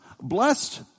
blessed